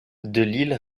delisle